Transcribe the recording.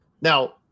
Now